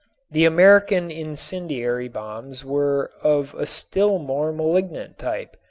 the american incendiary bombs were of a still more malignant type.